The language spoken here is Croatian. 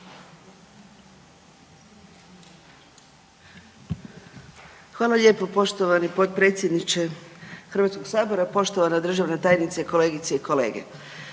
(Nezavisni)** Poštovani potpredsjedniče Hrvatskog sabora, poštovani gospodine Katić, kolegice i kolege,